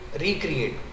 recreate